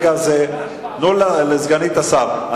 זה תנו לסגנית השר.